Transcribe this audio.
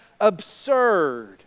absurd